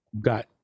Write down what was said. got